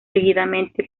seguidamente